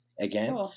again